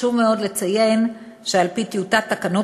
חשוב מאוד לציין שעל-פי טיוטת תקנות